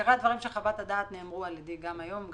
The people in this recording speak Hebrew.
עיקרי הדברים של חוות הדעת נאמרו על ידי גם היום,